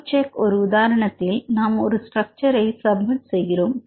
bro check ஒரு உதாரணத்தில் நாம் ஒரு ஸ்ட்ரக்சர்ஐ சப்மிட் செய்கிறோம்